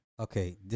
Okay